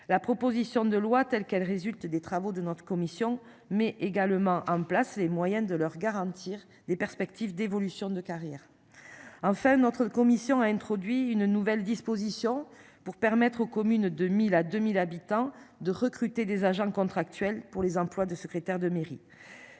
La proposition de loi telle qu'elle résulte des travaux de notre commission met également en place les moyens de leur garantir des perspectives d'évolution de carrière. Enfin notre commission a introduit une nouvelle disposition pour permettre aux communes de 1000 à 2000 habitants de recruter des agents contractuels pour les emplois de secrétaire de mairie.